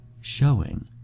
showing